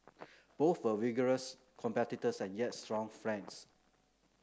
both were vigorous competitors and yet strong friends